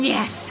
Yes